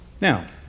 Now